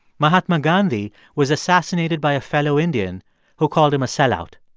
mahatma gandhi was assassinated by a fellow indian who called him a sellout.